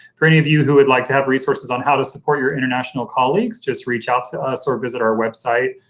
for any of you who would like to have resources on how to support your international colleagues just reach out to us or visit our website